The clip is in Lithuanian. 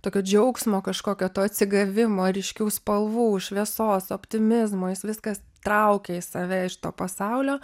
tokio džiaugsmo kažkokio to atsigavimo ryškių spalvų šviesos optimizmo jis viską traukė į save iš to pasaulio